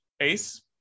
Ace